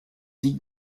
six